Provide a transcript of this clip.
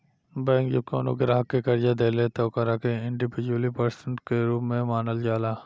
bank जब कवनो ग्राहक के कर्जा देले त ओकरा के इंडिविजुअल पर्सन के रूप में मानल जाला